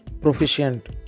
Proficient